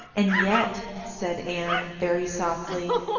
and yet, said anne, very softly,